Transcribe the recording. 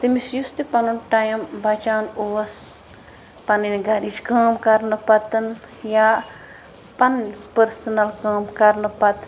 تٔمِس یُس تہِ پَنُن ٹایِم بچان اوس پَنٕنۍ گَرِچ کٲم کرنہٕ پَتہٕ یا پَنٕنۍ پٔرسٕنَل کٲم کرنہٕ پَتہٕ